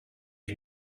you